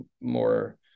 more